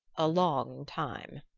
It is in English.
a long time,